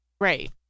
Right